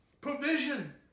Provision